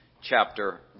chapter